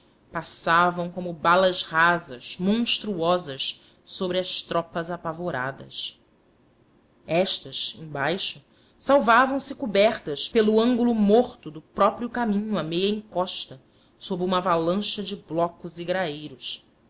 passavam como balas rasas monstruosas sobre as tropas apavoradas estas embaixo salvavam se cobertas pelo ângulo morto do próprio caminho a meia encosta sob uma avalanche de blocos e graeiros